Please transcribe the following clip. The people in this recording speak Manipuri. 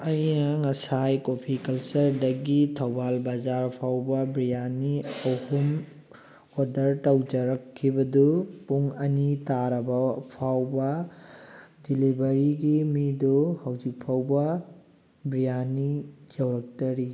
ꯑꯩ ꯉꯁꯥꯏ ꯀꯣꯐꯤ ꯀꯜꯆꯔꯗꯒꯤ ꯊꯧꯕꯥꯜ ꯕꯖꯥꯔꯐꯥꯎꯕ ꯕꯤꯔꯌꯥꯅꯤ ꯑꯍꯨꯝ ꯑꯣꯔꯗꯔ ꯇꯧꯖꯔꯛꯈꯤꯕꯗꯨ ꯄꯨꯡ ꯑꯅꯤ ꯇꯥꯔꯕ ꯐꯥꯎꯕ ꯗꯤꯂꯤꯚꯔꯤꯒꯤ ꯃꯤꯗꯨ ꯍꯧꯖꯤꯛꯐꯧꯕ ꯕꯤꯔꯌꯥꯅꯤ ꯌꯧꯔꯛꯇꯔꯤ